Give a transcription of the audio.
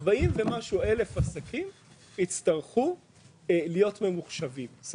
40 ומשהו אלף עסקים סביר להניח שיצטרכו להיות ממוחשבים.